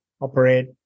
operate